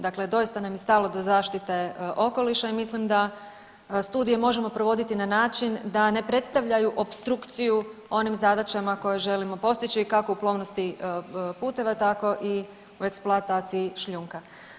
Dakle, doista nam je stalo do zaštite okoliša i mislim da studije možemo provoditi na način da ne predstavljaju opstrukciju onim zadaćama koje želimo postići kako u plovnosti puteva tako i u eksploataciji šljunka.